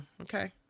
Okay